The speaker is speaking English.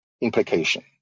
implication